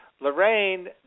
Lorraine